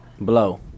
Blow